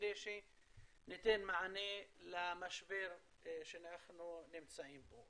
כדי שניתן מענה למשבר שאנחנו נמצאים בו.